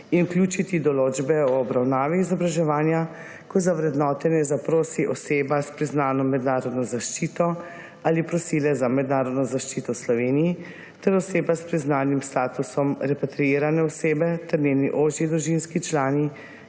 in vključiti določbe o obravnavi izobraževanja, ko za vrednotenje zaprosi oseba s priznano mednarodno zaščito ali prosilec za mednarodno zaščito v Sloveniji ter oseba s priznanim statusom repatriirane osebe ter njeni ožji družinski člani,